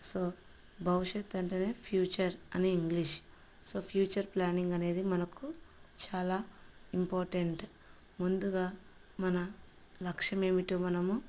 so భవిష్యత్ అంటేనే future అని ఇంగ్లీష్ సో ఫ్యూచర్ ప్లానింగ్ అనేది మనకు చాలా ఇంపార్టెంట్ ముందుగా మన లక్ష్యం ఏమిటో మనము